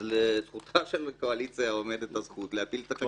אז לזכותה של האופוזיציה עומדת הזכות להפיל את החקיקה.